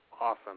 Awesome